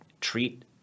treat